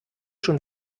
schon